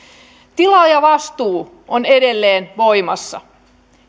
tilaajavastuu on edelleen voimassa